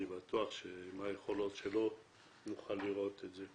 אני בטוח שעם היכולות שלו נוכל לראות את זה.